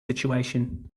situation